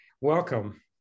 Welcome